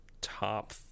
top